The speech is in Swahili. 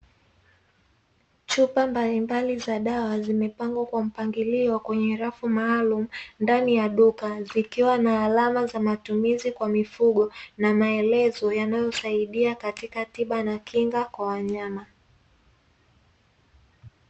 Chupa mbali mbali za dawaa zimepangwa kwa mpangilio ndani kwenye rafu maalumu, ndani ya duka zikiwa na alama za matumizi maalumu na maelezo yanaosaidia katika tiba na kinga kwa wanyama.